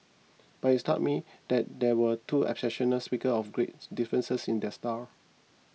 but it struck me that there were two exceptional speaker of great differences in their styles